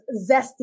zesty